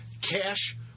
cash